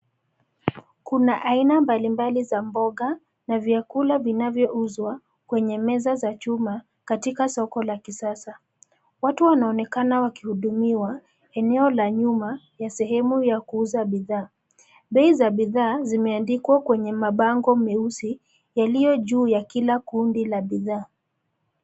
Kuna aina mbalimbali za mboga na vyakula vinavyouzwa kwenye meza za chuma katika soko la kisasa. watu wanaonekana wakihudumiwa eneo la nyuma ya sehemu ya kuuza bidhaa. Bei za bidhaa zimeandikwa kwenye mabango meusi yaliyo juu ya kila kundi la bidhaa.